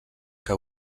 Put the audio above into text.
que